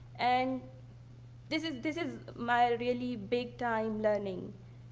and this is this is my really big time learning.